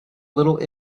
little